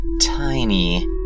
tiny